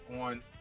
on